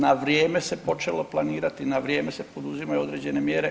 Na vrijeme se počelo planirati, na vrijeme se poduzimaju određene mjere.